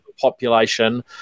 population